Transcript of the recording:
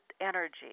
energy